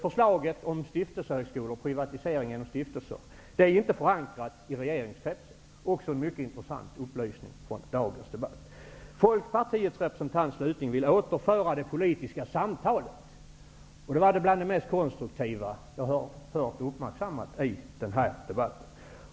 Förslaget om privatisering av högskolor genom stiftelser är inte förankrat i regeringskretsen. Det är också en mycket intressant upplysning i dagens debatt. Folkpartiets representant vill återinföra det politiska samtalet. Det var bland det mest konstruktiva jag har hört och uppmärksammat i den här debatten.